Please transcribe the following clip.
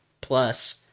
plus